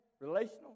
relational